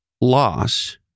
loss